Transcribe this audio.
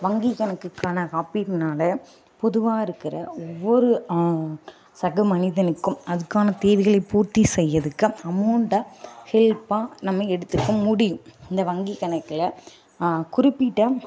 வங்கி கணக்குக்கான காப்பீடுனால பொதுவாக இருக்கிற ஒவ்வொரு சக மனிதனுக்கும் அதுக்கான தேவைகளை பூர்த்தி செய்யறதுக்கு அமௌண்ட்டா ஹெல்ப்பா நம்ம எடுத்துக்க முடியும் இந்த வங்கி கணக்கில் குறிப்பிட்ட